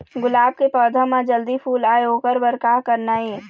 गुलाब के पौधा म जल्दी फूल आय ओकर बर का करना ये?